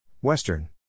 Western